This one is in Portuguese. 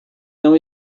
não